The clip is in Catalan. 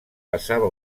passava